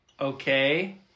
okay